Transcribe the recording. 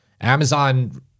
Amazon